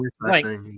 right